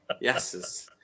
Yes